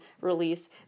release